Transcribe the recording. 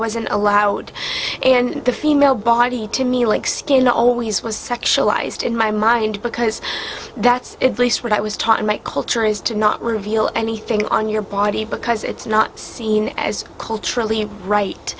wasn't allowed and the female body to me like skin always was sexualized in my mind because that's at least what i was taught in my culture is to not reveal anything on your body because it's not seen as culturally right